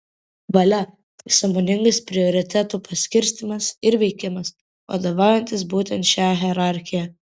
valia tai sąmoningas prioritetų paskirstymas ir veikimas vadovaujantis būtent šia hierarchija